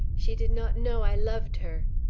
she did not know i loved her.